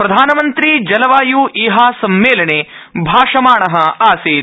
प्रधानमंत्री जलवाय् ईहा सम्मेलने भाषमाण आसीत्